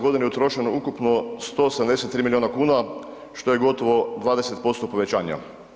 G. utrošeno ukupno 173 milijuna kuna što je gotovo 20% povećanja.